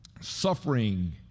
suffering